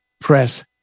press